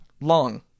long